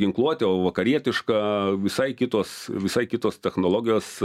ginkluotė o vakarietiška visai kitos visai kitos technologijos